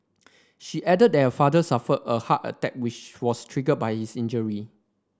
she added that her father suffered a heart attack which was triggered by his injury